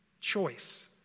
choice